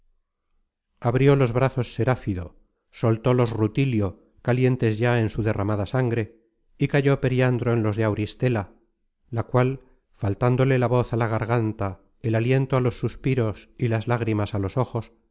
abrió los brazos serafido soltólos rutilio calientes ya en su derramada sangre y cayó periandro en los de auristela la cual faltándole la voz á la garganta el aliento á los suspiros y las lágrimas á los ojos